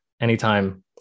anytime